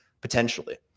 potentially